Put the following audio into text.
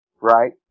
right